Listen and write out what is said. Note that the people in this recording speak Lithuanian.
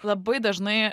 labai dažnai